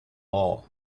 law